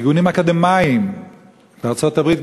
ארגונים אקדמיים בארצות-הברית,